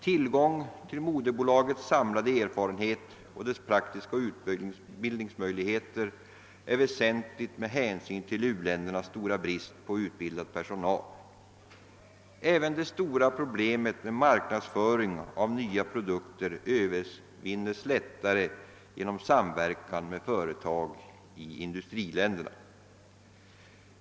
Tillgången till moderbolagets samlade erfarenhet och dess praktiska utbildningsmöjligheter är väsentlig med hänsyn till u-ländernas stora brist på utbildad personal. Det stora problemet med marknadsföring av nya produkter övervinns också lättare genom samverkan med företag i industriländerna.